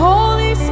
Holy